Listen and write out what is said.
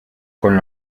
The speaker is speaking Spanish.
con